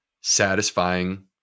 satisfying